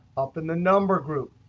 up in the number group,